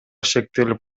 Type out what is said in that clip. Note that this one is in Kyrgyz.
шектелип